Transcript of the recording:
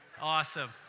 Awesome